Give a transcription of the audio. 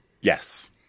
Yes